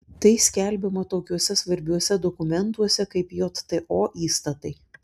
tai skelbiama tokiuose svarbiuose dokumentuose kaip jto įstatai